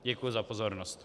Děkuji za pozornost.